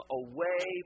away